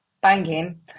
banging